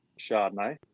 Chardonnay